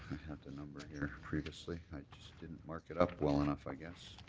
have the number here previously. i just didn't mark it up well enough, i guess.